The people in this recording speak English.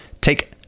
take